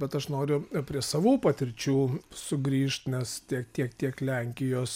bet aš noriu prie savų patirčių sugrįžt nes tiek tiek tiek lenkijos